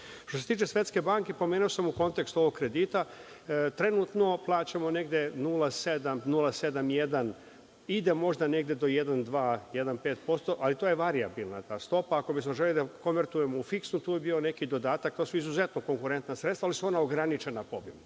Što se tiče Svetske banke pomenuo sam u kontekstu ovog kredita, trenutno plaćamo 0,7-0,71, ide možda negde do 1,2-1,5%, ali to je varijabilna stopa. Ako bismo želeli da je konvertujemo u fiksnu tu bi bio neki dodatak. To su izuzetno konkurentna sredstva, ali su ona ograničena po